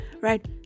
right